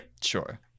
sure